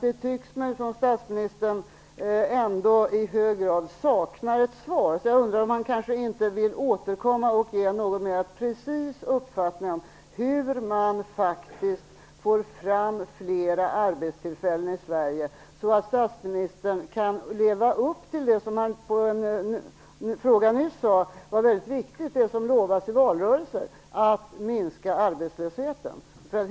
Det tycks mig därför som om statsministern ändå i hög grad saknar ett svar. Kanske vill han återkomma och ange en något mera precis uppfattning om hur man faktiskt får fram fler arbetstillfällen i Sverige. Det som lovats i valrörelser är ju mycket viktigt, nämligen att minska arbetslösheten.